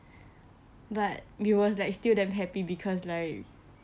but we was like still damn happy because like